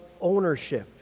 ownership